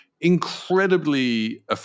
incredibly